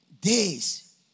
days